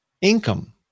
income